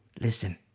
Listen